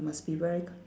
must be very k~